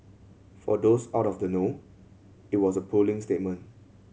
for those out of the know it was a puling statement